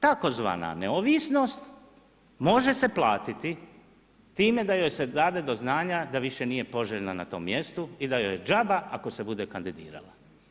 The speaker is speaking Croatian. Tzv. neovisnost može se platiti time da joj se dade do znanja da više nije poželjna na tom mjesto i da joj džaba ako se bude kandidirala.